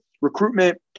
recruitment